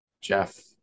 Jeff